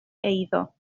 eiddo